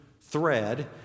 thread